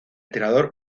tirador